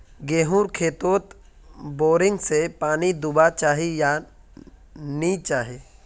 गेँहूर खेतोत बोरिंग से पानी दुबा चही या नी चही?